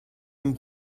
sein